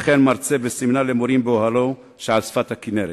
וכן כמרצה בסמינר למורים "אוהלו" שעל שפת הכינרת.